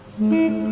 me